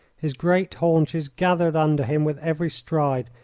his great haunches gathered under him with every stride,